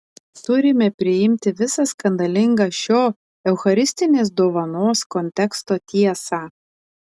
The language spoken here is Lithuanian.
turime priimti visą skandalingą šio eucharistinės dovanos konteksto tiesą